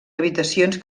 habitacions